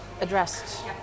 addressed